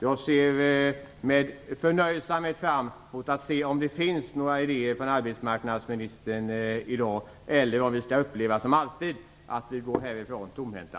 Jag ser med förnöjsamhet fram emot att få höra om det finns några idéer från arbetsmarknadsministern i dag, eller om vi skall få uppleva, att vi, som alltid, går härifrån tomhänta.